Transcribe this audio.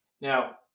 Now